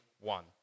one